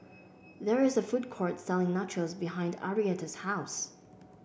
there is a food court selling Nachos behind Arietta's house